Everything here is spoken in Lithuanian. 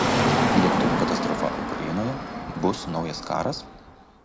lėktuvo katastrofa ukrainoje bus naujas karas